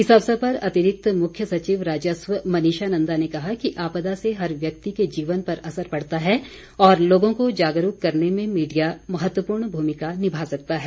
इस अवसर पर अतिरिक्त मुख्य सचिव राजस्व मनीषा नंदा ने कहा कि आपदा से हर व्यक्ति के जीवन पर असर पड़ता है और लोगों को जागरूक करने में मीडिया महत्वपूर्ण भूमिका निभा सकता है